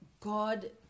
God